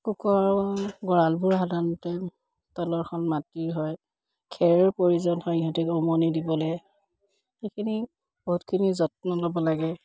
কুকুৰাৰ গঁৰালবোৰ সাধাৰণতে তলৰখন মাটিৰ হয় খেৰৰ প্ৰয়োজন হয় সিহঁতক উমনি দিবলৈ সেইখিনি বহুতখিনি যত্ন ল'ব লাগে